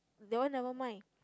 that one never mind